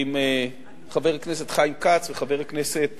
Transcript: עם חבר הכנסת חיים כץ וחבר הכנסת